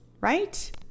Right